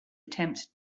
attempt